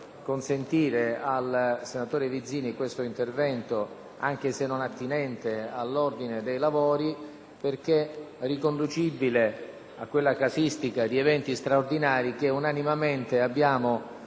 consentire al senatore Vizzini il suo intervento, anche se non attinente ai provvedimenti all'ordine del giorno, perché riconducibile a quella casistica di eventi straordinari che, unanimemente, abbiamo